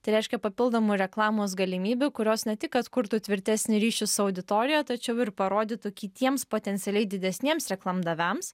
tai reiškia papildomų reklamos galimybių kurios ne tik atkurtų tvirtesnį ryšį su auditorija tačiau ir parodytų kitiems potencialiai didesniems reklamdaviams